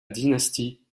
dynastie